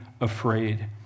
afraid